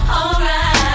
alright